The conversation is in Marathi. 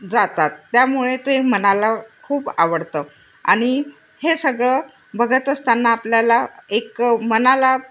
जातात त्यामुळे ते मनाला खूप आवडतं आणि हे सगळं बघत असताना आपल्याला एक मनाला